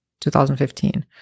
2015